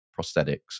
prosthetics